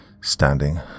standing